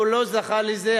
הוא לא זכה לזה,